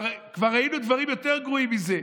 בסדר, כבר ראינו דברים יותר גרועים מזה.